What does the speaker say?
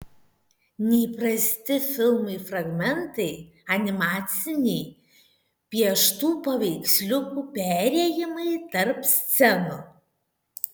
neįprasti filmui fragmentai animaciniai pieštų paveiksliukų perėjimai tarp scenų